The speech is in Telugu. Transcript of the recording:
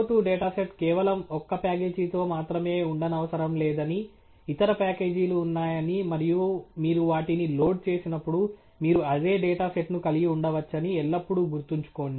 CO2 డేటా సెట్ కేవలం ఒక్క ప్యాకేజీతో మాత్రమే ఉండనవసరం లేదని ఇతర ప్యాకేజీలు ఉన్నాయని మరియు మీరు వాటిని లోడ్ చేసినప్పుడు మీరు అదే డేటా సెట్ను కలిగి ఉండవచ్చని ఎల్లప్పుడూ గుర్తుంచుకోండి